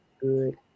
good